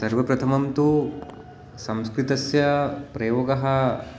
सर्वप्रथमं तु संस्कृतस्य प्रयोगः